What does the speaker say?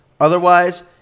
Otherwise